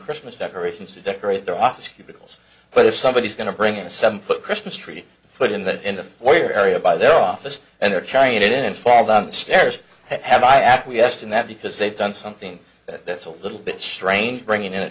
christmas decorations to decorate their office cubicles but if somebody is going to bring in a seven foot christmas tree and put in that in the foyer area by their office and they're trying it in fall down the stairs have i acquiesced in that because they've done something that that's a little bit strange bringing in a